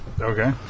Okay